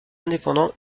indépendant